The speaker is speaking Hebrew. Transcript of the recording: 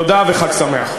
תודה וחג שמח.